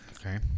Okay